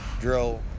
drill